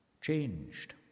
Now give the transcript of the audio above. changed